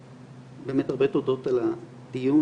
באמת הרבה תודות על הדיון,